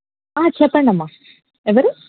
చెప్పండమ్మా ఎవరు